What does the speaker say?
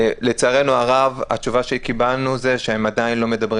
לצערנו הרב התשובה שקיבלנו היא שהם עדיין לא מדברים